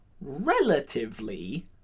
relatively